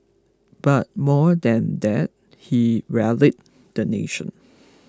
but more than that he rallied the nation